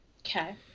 Okay